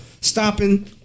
stopping